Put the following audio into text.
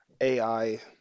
AI